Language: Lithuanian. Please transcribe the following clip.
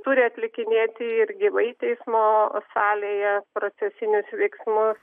turi atlikinėti ir gyvai teismo salėje procesinius veiksmus